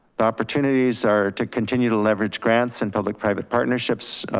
the opportunities are to continue to leverage grants and public private partnerships.